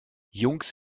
jungs